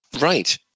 Right